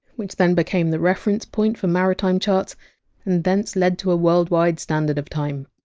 which then became the reference point for maritime charts and thence led to a worldwide standard of time